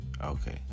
Okay